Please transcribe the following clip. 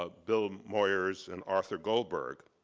ah bill moyers, and arthur goldberg.